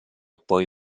poi